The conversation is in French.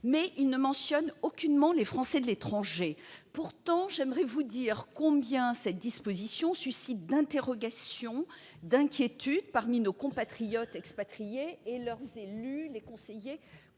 mais ils ne mentionnent aucunement les Français de l'étranger. J'aimerais pourtant vous dire combien cette disposition suscite d'interrogations et d'inquiétudes parmi nos compatriotes expatriés et leurs élus, les conseillers